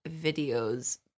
videos